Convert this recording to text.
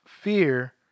fear